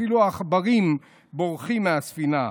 אפילו העכברים בורחים מהספינה.